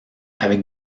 avec